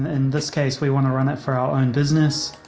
in this case, we want to run it for our own business.